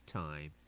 time